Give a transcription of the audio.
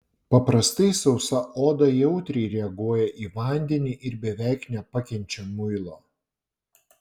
paprastai sausa oda jautriai reaguoja į vandenį ir beveik nepakenčia muilo